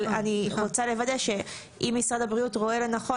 אבל אני רוצה לוודא שאם משרד הבריאות רואה לנכון